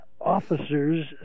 officers